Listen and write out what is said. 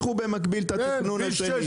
במקביל תמשיכו את התכנון של המקטע השני.